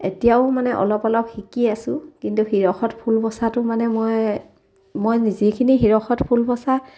এতিয়াও মানে অলপ অলপ শিকি আছো কিন্তু শিৰখত ফুল বচাটো মানে মই মই যিখিনি শিৰখত ফুল বচা